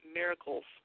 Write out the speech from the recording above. miracles